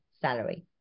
salary